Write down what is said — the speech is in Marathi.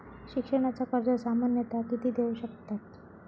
शिक्षणाचा कर्ज सामन्यता किती देऊ शकतत?